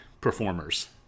performers